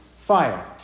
fire